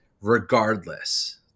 regardless